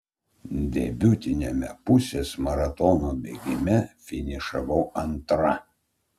debiutiniame pusės maratono bėgime finišavau antra